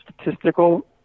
statistical